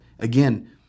Again